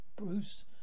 Bruce